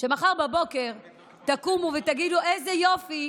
כשמחר בבוקר תקומו ותגידו איזה יופי,